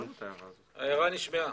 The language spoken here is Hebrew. ההערה נשמעה.